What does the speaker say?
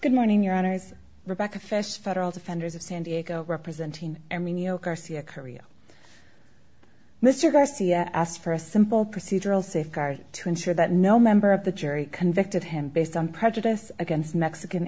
good morning your honor as rebecca fish federal defenders of san diego representing korea mr garcia asked for a simple procedural safeguards to ensure that no member of the jury convicted him based on prejudice against mexican